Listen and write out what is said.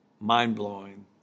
mind-blowing